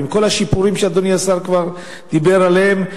ועם כל השיפורים שאדוני השר דיבר עליהם,